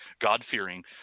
God-fearing